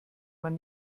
man